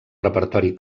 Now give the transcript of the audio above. repertori